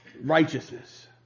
righteousness